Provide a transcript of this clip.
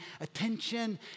attention